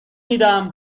میدم